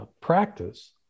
practice